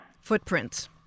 Footprints